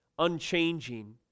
unchanging